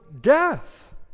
death